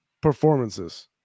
performances